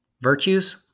Virtues